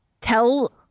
Tell